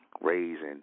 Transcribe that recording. Raising